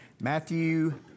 Matthew